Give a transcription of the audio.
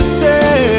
say